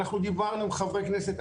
דיברנו עם חברי כנסת,